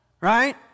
right